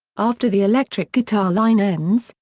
after the electric guitar line ends,